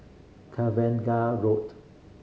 Cavengah Road